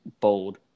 bold